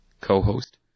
co-host